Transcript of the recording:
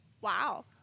wow